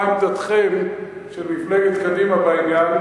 ומה עמדתכם, עמדת מפלגת קדימה, בעניין.